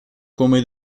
come